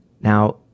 Now